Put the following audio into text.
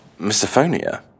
Misophonia